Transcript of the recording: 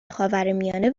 خاورمیانه